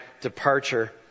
departure